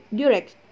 direct